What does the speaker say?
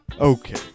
Okay